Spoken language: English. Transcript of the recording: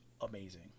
amazing